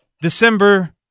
December